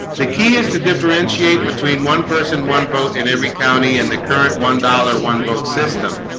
the key is to differentiate between one person one vote in every county in the current one dollar one vote system